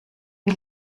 wie